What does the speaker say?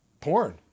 porn